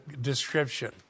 description